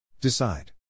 decide